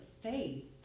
faith